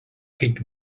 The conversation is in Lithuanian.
kaip